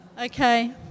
Okay